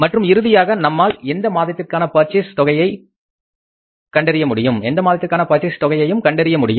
மற்றும் இறுதியாக நம்மால் எந்த மாதத்திற்கான பர்ச்சேஸ் தொகையை கண்டறிய முடியும்